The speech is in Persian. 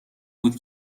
بود